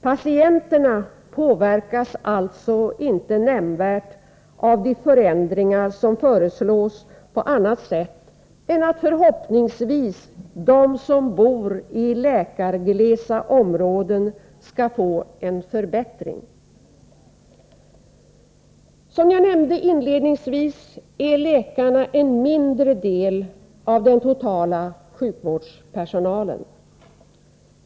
Patienterna påverkas alltså inte nämnvärt av de förändringar som föreslås, på annat sätt än att förhoppningsvis de som bor i läkarglesa områden skall få en förbättring. Som jag nämnde inledningsvis är läkarna en mindre del av den totala sjukvårdspersonalen.